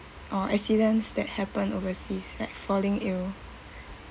or accidents that happen overseas like falling ill